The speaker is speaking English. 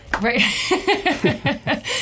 Right